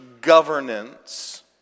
governance